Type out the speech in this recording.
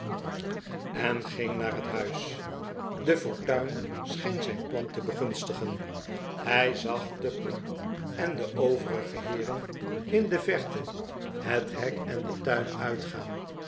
het gras naar het huis de fortuin scheen zijn plan te begunstigen hij zag tupman en de overige heeren in de verte het hik en den tuin uitgaau